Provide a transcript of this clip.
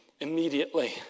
immediately